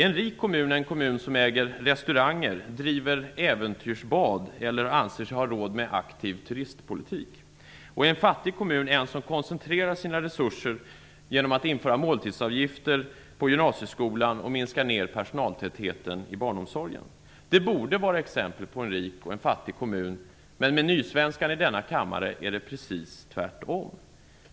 En rik kommun är en kommun som äger restauranger, som driver äventyrsbad eller som anser sig ha råd med en aktiv turistpolitik. En fattig kommun är en kommun som koncentrerar sina resurser genom att införa måltidsavgifter i gymnasieskolan och minska personaltätheten i barnomsorgen. Det borde vara exempel på en rik respektive en fattig kommun. Men med nysvenskan i denna kammare är det precis tvärtom.